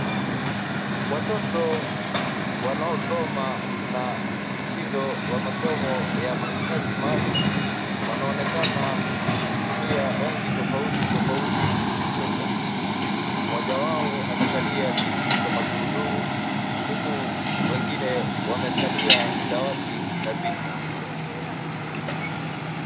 Watoto wanaosoma na mtindo wa masomo ya mahitaji maalum wanaonekana kutumia rangi tofauti, tofauti kujifunza. Mmoja wao amekalia kiti cha magurudumu huku wengine wamekalia dawati na viti.